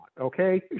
okay